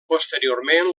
posteriorment